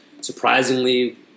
surprisingly